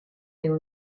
there